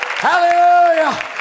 Hallelujah